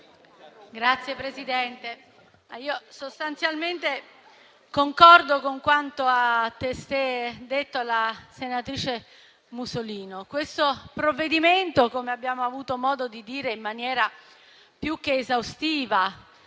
Signora Presidente, sostanzialmente concordo con quanto ha testé detto la senatrice Musolino. Questo provvedimento - come abbiamo avuto modo di dire in maniera più che esaustiva,